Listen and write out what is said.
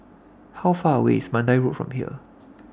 How Far away IS Mandai Road from here